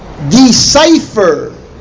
decipher